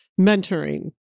mentoring